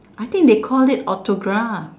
I think they call it autograph